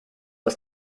ist